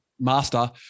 master